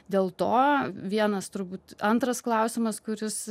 dėl to vienas turbūt antras klausimas kuris